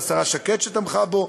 והשרה שקד תמכה בו.